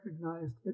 recognized